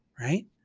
right